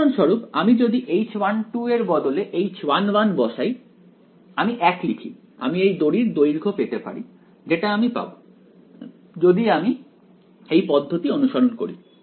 উদাহরণস্বরূপ আমি যদি H1 এর বদলে H1 বসাই আমি 1 লিখি আমি এই দড়ির দৈর্ঘ্য পেতে পারি যেটা আমি পাব যদি আমি এই পদ্ধতি অনুসরণ করি